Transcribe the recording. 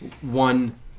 one